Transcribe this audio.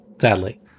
sadly